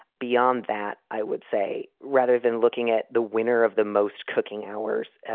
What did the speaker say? beyond that, i would say, rather than looking at the winner of the most cooking hours,